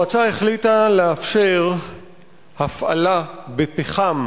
המועצה החליטה לאפשר הפעלה בפחם